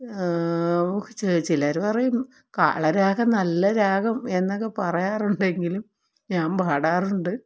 ചിലർ പറയും കാളരാഗം നല്ല രാഗം എന്നൊക്കെ പറയാറുണ്ടെങ്കിലും ഞാൻ പാടാറുണ്ട്